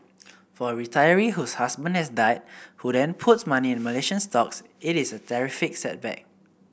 for a retiree whose husband has died who then puts money in Malaysian stocks it is a terrific setback